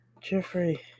Jeffrey